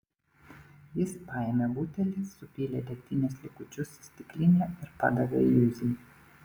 jis paėmė butelį supylė degtinės likučius į stiklinę ir padavė juzei